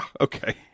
okay